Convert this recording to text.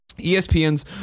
ESPN's